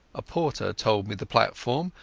a porter told me the platform,